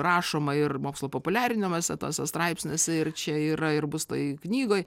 rašoma ir mokslo populiarinamas tuose straipsniuose ir čia yra ir bus toj knygoj